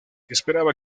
esperaba